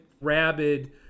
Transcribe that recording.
rabid